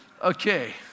Okay